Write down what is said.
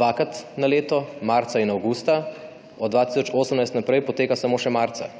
dvakrat na leto, marca in avgusta, od 2018 naprej poteka samo še marca.